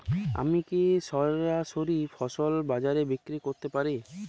আমি কি সরাসরি ফসল বাজারে বিক্রি করতে পারি?